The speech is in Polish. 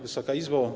Wysoka Izbo!